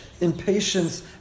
impatience